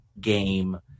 game